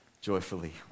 joyfully